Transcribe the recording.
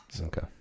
Okay